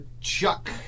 Chuck